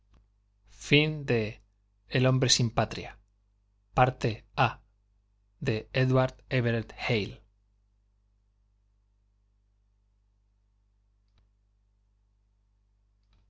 el hombre sin patria pues